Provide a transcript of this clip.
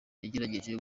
yagerageje